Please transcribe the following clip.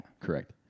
Correct